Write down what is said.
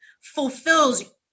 fulfills